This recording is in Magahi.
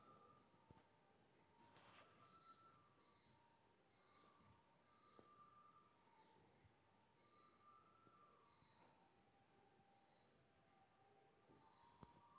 बिना पैसा जमा किए खाता खुल सक है?